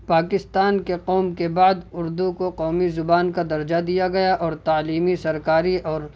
پاکستان کے قوم کے بعد اردو کو قومی زبان کا درجہ دیا گیا اور تعلیمی سرکاری اور